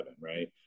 right